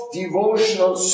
devotional